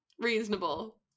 reasonable